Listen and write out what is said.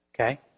Okay